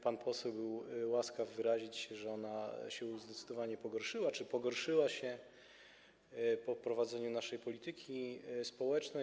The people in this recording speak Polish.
Pan poseł był łaskaw wyrazić się, że ona zdecydowanie się pogorszyła czy pogorszyła się po wprowadzeniu naszej polityki społecznej.